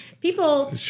people